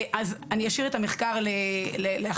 אני אשאיר את המחקר לאחרים.